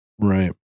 Right